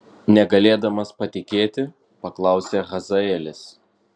negalėdamas patikėti paklausė hazaelis